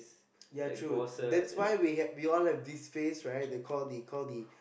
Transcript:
ya true that's why we had we all have this phrase right they call the call the